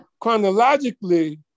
chronologically